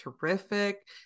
terrific